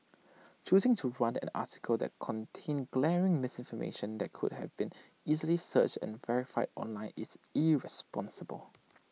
choosing to run an article that contained glaring misinformation that could have been easily searched and verified online is irresponsible